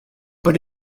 but